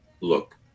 look